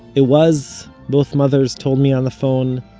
it was, both mothers told me on the phone,